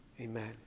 Amen